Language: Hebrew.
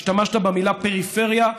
השתמשת במילה פריפריה,